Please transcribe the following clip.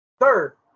third